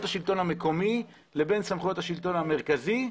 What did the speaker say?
השלטון המקומי לסמכויות השלטון המרכזי.